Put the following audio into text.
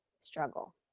struggle